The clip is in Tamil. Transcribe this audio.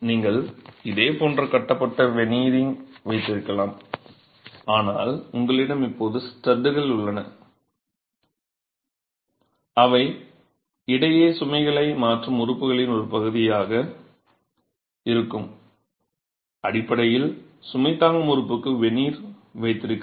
நீங்கள் இதே போன்ற கட்டப்பட்ட வெனீரிங் வைத்திருக்கலாம் ஆனால் உங்களிடம் இப்போது ஸ்டுட்கள் உள்ளன அவை இடையே சுமைகளை மாற்றும் உறுப்புகளின் ஒரு பகுதியாக இருக்கும் அடிப்படையில் சுமை தாங்கும் உறுப்புக்கு வெனீர் வைத்திருக்கிறது